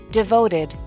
devoted